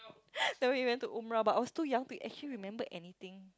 then we went to umrah but I was too young to actually remember anything